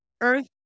Earth